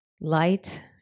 light